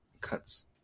cuts